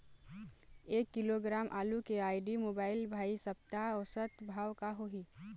एक किलोग्राम आलू के आईडी, मोबाइल, भाई सप्ता औसत भाव का होही?